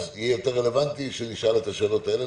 אז יהיה יותר רלבנטי שנשאל את השאלות האלה,